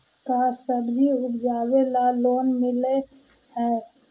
का सब्जी उपजाबेला लोन मिलै हई?